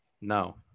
No